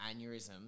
aneurysm